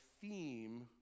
theme